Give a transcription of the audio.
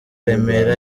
remera